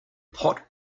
pot